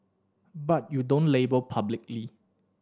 but you don't label publicly